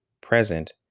present